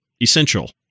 essential